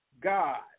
God